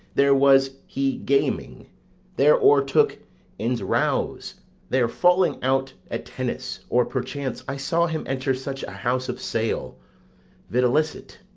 there was he gaming there o'ertook in's rouse there falling out at tennis' or perchance, i saw him enter such a house of sale videlicet,